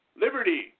liberty